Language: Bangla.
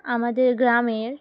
আমাদের গ্রামের